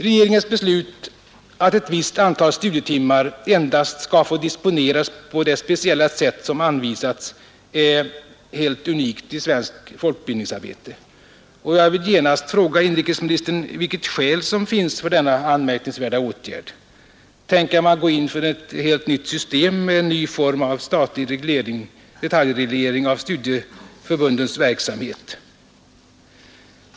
Regeringens beslut att ett visst antal studietimmar endast skall få disponeras på det speciella sätt som anvisats är helt unikt i svenskt folkbildningsarbete, och jag vill genast fråga inrikesministern vilket skäl som ligger bakom denna anmärkningsvärda åtgärd. Tänker man gå in för ett helt nytt system med en ny form av statlig detaljreglering av studieförbundens verksamhet?